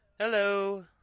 Hello